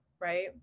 right